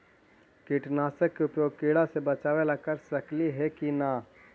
कीटनाशक के उपयोग किड़ा से बचाव ल कर सकली हे की न?